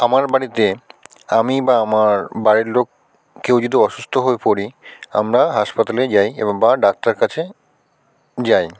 আমার বাড়িতে আমি বা আমার বাড়ির লোক কেউ যদি অসুস্থ হয়ে পড়ি আমরা হাসপাতালে যাই এবং বা ডাক্তার কাছে যাই